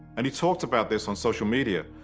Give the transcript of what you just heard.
and he talked about this on social media,